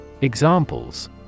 Examples